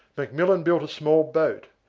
mcmillan built a small boat,